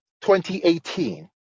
2018